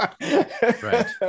Right